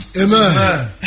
Amen